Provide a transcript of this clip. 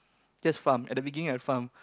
just farm at the beginning I farm